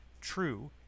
true